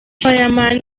fireman